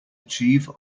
achieve